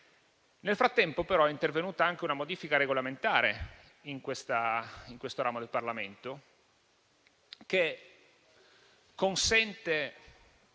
Nel frattempo, però, è intervenuta anche una modifica regolamentare in questo ramo del Parlamento, che consente